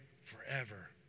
forever